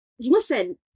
Listen